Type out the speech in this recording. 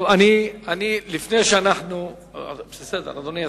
אני רוצה להציע דיון במליאה,